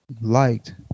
liked